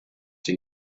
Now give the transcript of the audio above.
den